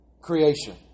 creation